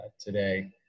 today